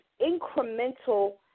incremental